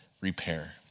repair